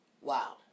Wow